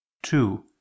Two